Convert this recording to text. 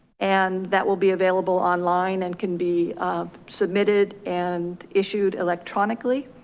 and that will be available online and can be submitted and issued electronically.